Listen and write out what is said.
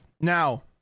Now